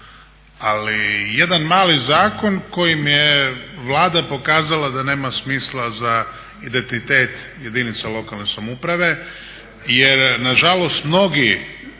ali jedan mali zakon kojim je Vlada pokazala da nema smisla za identitet jedinica lokalne samouprave jer nažalost mnogi